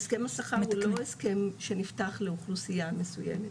הסכם שכר הוא לא הסכם שנפתח לאוכלוסיה מסוימת,